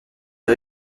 des